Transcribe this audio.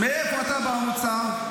מאיפה אתה במוצא?